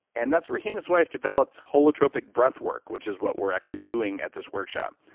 and that's where he and his wife developed holotropic breathwork which is what we're actually doing at this workshop.